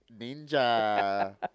Ninja